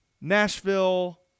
nashville